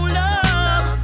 love